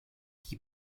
chi